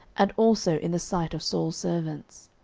and also in the sight of saul's servants.